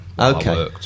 Okay